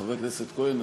חבר הכנסת כהן,